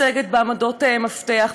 את הזכות להיות מיוצגת בעמדות מפתח,